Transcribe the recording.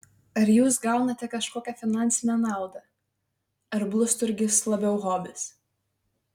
ar jūs gaunate kažkokią finansinę naudą ar blusturgis labiau hobis